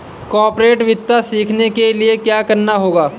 corporate वित्त सीखने के लिया क्या करना होगा